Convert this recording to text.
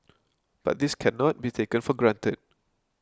but this can not be taken for granted